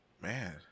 Man